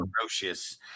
ferocious